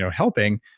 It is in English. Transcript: so helping,